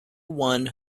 one